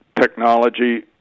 technology